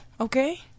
Okay